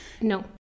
No